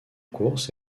course